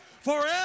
Forever